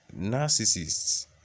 narcissists